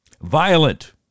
violent